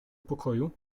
pokoju